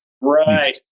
Right